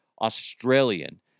Australian